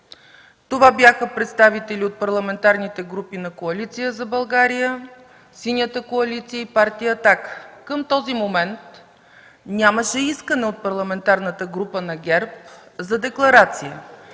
Това бяха представители от парламентарните групи на Коалиция за България, Синята коалиция и Партия „Атака”. Към този момент нямаше искане от Парламентарната група на ГЕРБ за декларация.